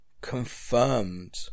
confirmed